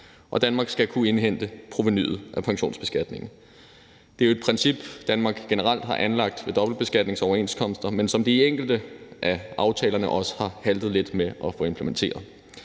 og Danmark skal kunne indhente provenuet af pensionsbeskatningen. Det er jo et princip, som Danmark generelt har anlagt ved dobbeltbeskatningsoverenskomster, men som det i enkelte af aftalerne også har haltet lidt med at få implementeret.